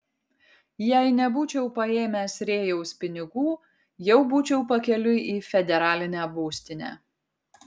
jei nebūčiau paėmęs rėjaus pinigų jau būčiau pakeliui į federalinę būstinę